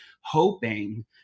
hoping